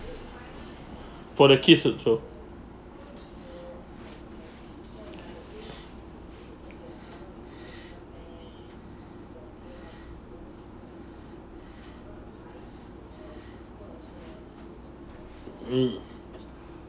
for the kids so sure mm